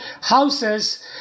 houses